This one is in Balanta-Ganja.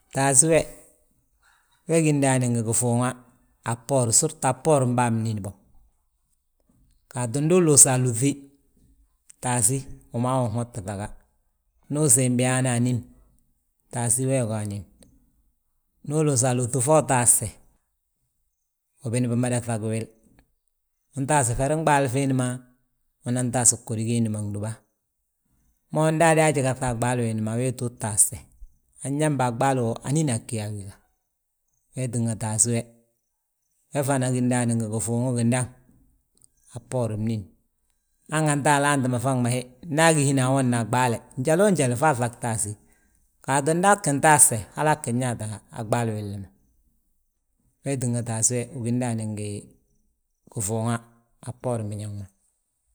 Taasi we, we gí ndaani ngi gifuuŋa, a bboor, sirtu a bboorin bân binín bo. Gaatu ndu uluusa alúŧi, taasí, wi maa wi unhotti ŧaga. Ndu usiim biyaana anín taasí wee ga anín. Ndu uluusa alúŧi fo utaaste, ubini mada ŧagi wil. Untaasi ferin ɓaali fiindi ma, unan taasi ghódi giindi ma gdúba. Mo nda adaaji gaŧa a ɓaali wiindi ma a wéeti, utaaste; Anyaa, a ɓaali wo anínaa ggí yaa a wi ga? Wee tínga taasí we, we fana gí ndaani ngi gifuuŋi gindaŋ, a bboori bnín. Hanganti alaanti ma faŋ ma hi, nda agí hina awodni a ɓaale njaloo njal fo aŧagi taasí. Gaatu nda agín taaste halaa ggín yaata a ɓaali willi ma, wee tínga taasí we wi gí ndaani ngi gifuuŋa a bborin biñaŋ ma.